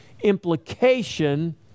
implication